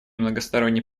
многосторонней